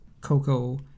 Coco